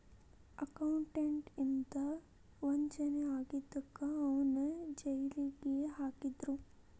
accountant ಇಂದಾ ವಂಚನೆ ಆಗಿದಕ್ಕ ಅವನ್ನ್ ಜೈಲಿಗ್ ಹಾಕಿದ್ರು